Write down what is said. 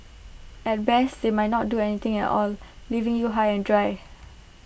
at best they might not do anything at all leaving you high and dry